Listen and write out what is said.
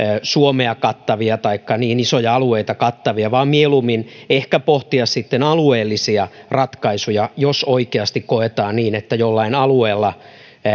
suomea kattavia taikka niin isoja alueita kattavia vaan mieluummin ehkä pohtia sitten alueellisia ratkaisuja jos oikeasti koetaan niin että jollain alueella